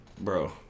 bro